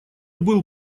был